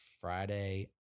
Friday